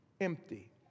empty